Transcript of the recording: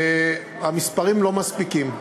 והמספרים לא מספיקים.